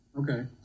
Okay